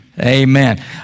Amen